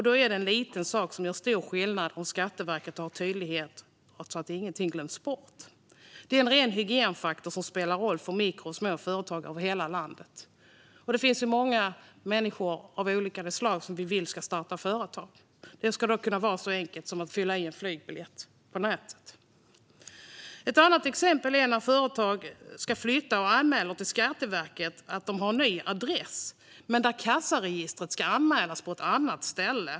Det är en liten sak som gör stor skillnad om Skatteverkets hemsida är tydlig så att inget glöms bort. Det är en ren hygienfaktor som spelar roll för mikroföretag och småföretag i hela landet. Vi vill att många människor ska kunna starta företag, men det ska vara så enkelt som att fylla i en flygbiljett på nätet. Ett annat exempel är företag som ska flytta. De anmäler ny adress till Skatteverket, men kassaregistret ska anmälas på ett annat ställe.